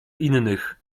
innych